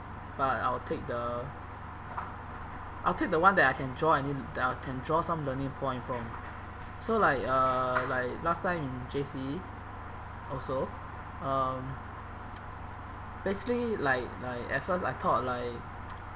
but I will take the I'll take the one that I can draw any uh can draw some learning point from so like uh like last time in J_C also um basically like like at first I thought like